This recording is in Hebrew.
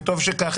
וטוב שכך,